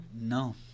No